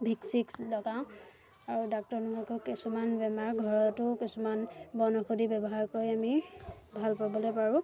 ভিক্সি চিক্স লগাওঁ আৰু ডাক্তৰ নোহোৱাকৈ কিছুমান বেমাৰ ঘৰতো কিছুমান বন ঔষধি ব্যৱহাৰ কৰি আমি ভাল পাবলৈ পাৰোঁ